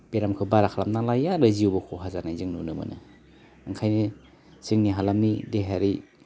बेरामखौ बारा खालामना लायो आरो जिउबो खहा जानाय जों नुनो मोनो ओंखायनो जोंनि हालामनि देहायारि